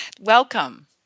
welcome